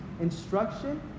instruction